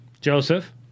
Joseph